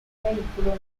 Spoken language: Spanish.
vehículo